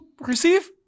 receive